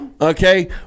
Okay